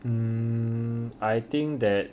um I think that